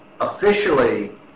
officially